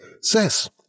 says